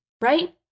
right